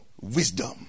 wisdom